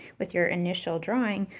with your initial drawing,